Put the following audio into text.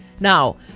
Now